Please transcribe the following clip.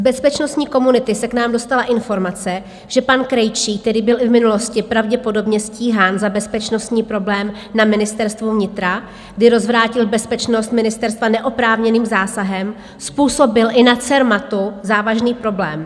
Z bezpečnostní komunity se k nám dostala informace, že pan Krejčí, který byl i v minulosti pravděpodobně stíhán za bezpečnostní problém na Ministerstvu vnitra, kdy rozvrátil bezpečnost ministerstva neoprávněným zásahem, způsobil i na Cermatu závažný problém.